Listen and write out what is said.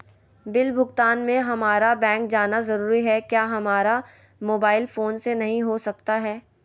Bill भुगतान में हम्मारा बैंक जाना जरूर है क्या हमारा मोबाइल फोन से नहीं हो सकता है?